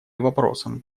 вопросам